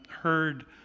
heard